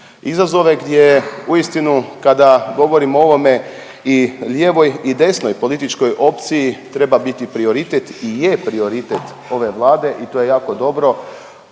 izazove gdje uistinu kada govorimo o ovome i lijevoj i desnoj političkoj opciji treba biti prioritet i je prioritet ove Vlade i to je jako dobro,